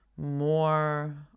more